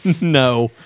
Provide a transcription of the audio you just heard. no